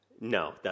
No